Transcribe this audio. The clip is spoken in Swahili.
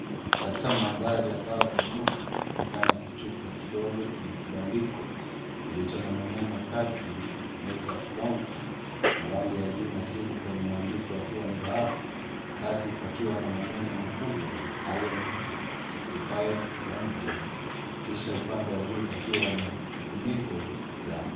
Katika maandhari ya ngavu ya nyuma, kunaonekana kichupa kidogo chenye kibandiko kilicho na maneno Kati " Nature's bounty " na rangi ya juu na chini kwenye maandiko yakiwa ni dhahabu yakiwa na maneno makubwa " Iron 65mg " kisha upande wa juu pakiwa na kifuniko kijani.